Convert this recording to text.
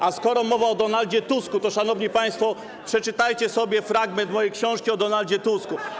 A skoro mowa o Donaldzie Tusku, to, szanowni państwo, przeczytajcie sobie fragment mojej książki o Donaldzie Tusku.